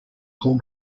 paul